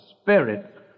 spirit